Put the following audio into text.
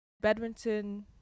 badminton